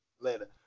later